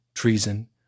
treason